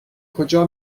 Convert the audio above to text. کجا